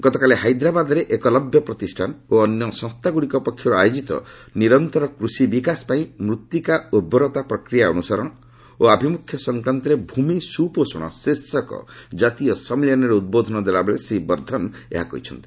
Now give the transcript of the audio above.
ଗତକାଲି ହାଇଦ୍ରାବାଦରେ ଏକଲବ୍ୟ ପ୍ରତିଷ୍ଠାନ ଓ ଅନ୍ୟ ସଂସ୍ଥାଗୁଡ଼ିକ ପକ୍ଷରୁ ଆୟୋକ୍ତି ନିରନ୍ତର କୃଷିପାଇଁ ମୃତ୍ତିକା ଉର୍ବରତା ପ୍ରକ୍ରିୟା ଅନୁସରଣ ଓ ଆଭିମୁଖ୍ୟ ସଂକ୍ରାନ୍ତୀୟ ଭୂମି ସୁପୋଷଣ ଶୀର୍ଷକ ଜାତୀୟ ସମ୍ମିଳନୀରେ ଉଦ୍ବୋଧନ ଦେଲାବେଳେ ଶ୍ରୀ ବର୍ଦ୍ଧନ ଏହା କହିଛନ୍ତି